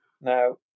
Now